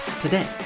today